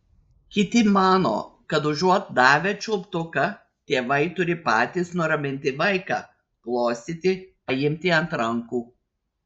kiti mano kad užuot davę čiulptuką tėvai turi patys nuraminti vaiką glostyti paimti ant rankų